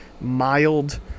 mild